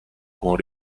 con